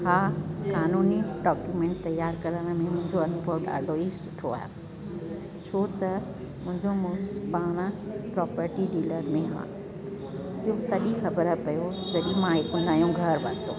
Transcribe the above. हा कानूनी डॉक्यूमेंट तयार करण में मुंहिंजो अनुभव ॾाढो ई सुठो आहे छो त मुहिंजो मुड़ुस पाण प्रॉपर्टी डीलर में आहे इहो तॾहिं ख़बर पियो जॾहिं मां हिकु नयो घरु वरितो